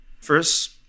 first